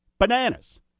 Bananas